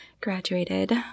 graduated